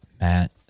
Matt